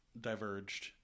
diverged